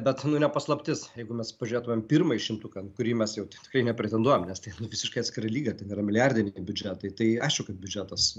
bet ne paslaptis jeigu mes pažiūrėtumėm pirmąjį šimtuką į kurį mes jau tikrai nepretenduojam nes tai visiškai atskiro lygio ten yra milijardiniai biudžetai tai aišku kad biudžetas